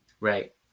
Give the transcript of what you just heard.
Right